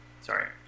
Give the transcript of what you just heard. Sorry